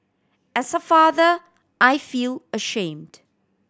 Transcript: as a father I feel ashamed